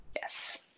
Yes